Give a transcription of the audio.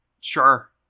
Sure